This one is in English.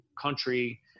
country